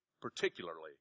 particularly